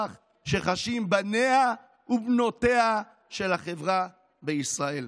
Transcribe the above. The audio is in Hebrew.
שחשים בניה ובנותיה של החברה בישראל.